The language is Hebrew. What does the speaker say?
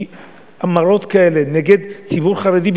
שאמירות כאלה נגד ציבור חרדי,